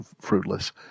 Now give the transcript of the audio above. fruitless